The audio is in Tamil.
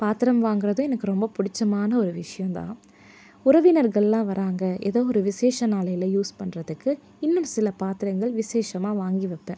பாத்திரம் வாங்குறதும் எனக்கு ரொம்ப பிடிச்சமான ஒரு விஷயம் தான் உறவினர்கள்லாம் வராங்க எதோ ஒரு விஷேச நாளையில் யூஸ் பண்றதுக்கு இன்னும் சில பாத்திரங்கள் விஷேசமாக வாங்கி வைப்பேன்